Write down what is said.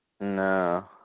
No